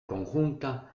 conjunta